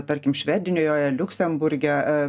tarkim švedijoje liuksemburge